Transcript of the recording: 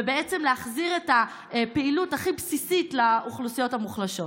ולהחזיר את הפעילות הכי בסיסית לאוכלוסיות המוחלשות.